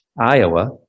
Iowa